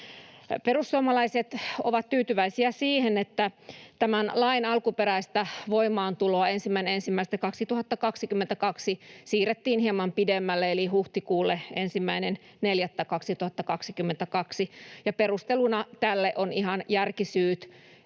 Perussuomalaiset ovat tyytyväisiä siihen, että tämän lain alkuperäistä voimaantuloa 1.1.2022 siirrettiin hieman pidemmälle eli huhtikuulle 1.4.2022. Perusteluna tälle on ihan järkisyyt: